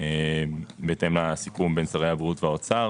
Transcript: בהתאם לסיכום בין שרי הבריאות והאוצר